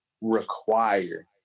require